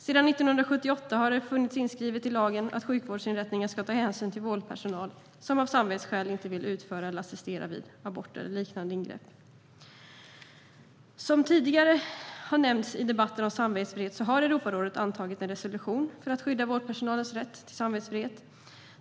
Sedan 1978 har det funnits inskrivet i lagen att sjukvårdsinrättningar ska ta hänsyn till vårdpersonal som av samvetsskäl inte vill utföra eller assistera vid aborter eller liknande ingrepp. Som tidigare har nämnts i debatter om samvetsfrihet har Europarådet antagit en resolution för att skydda vårdpersonalens rätt till samvetsfrihet.